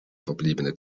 verbliebene